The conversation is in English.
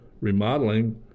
remodeling